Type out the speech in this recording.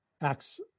acts